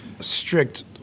strict